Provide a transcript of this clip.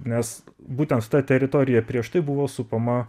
nes būtent ta teritorija prieš tai buvo supama